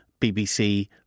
BBC